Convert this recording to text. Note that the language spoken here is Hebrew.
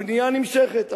הבנייה נמשכת.